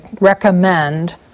recommend